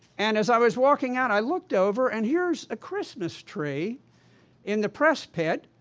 and as i was walking out i looked over, and here's a christmas tree in the press pit,